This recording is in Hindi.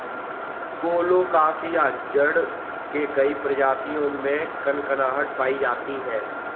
कोलोकासिआ जड़ के कई प्रजातियों में कनकनाहट पायी जाती है